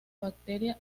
bacteria